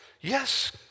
Yes